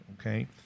Okay